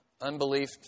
Unbelief